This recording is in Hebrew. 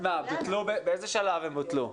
באיזה שלב הם בוטלו?